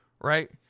right